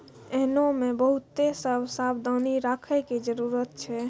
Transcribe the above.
एहनो मे बहुते सभ सावधानी राखै के जरुरत छै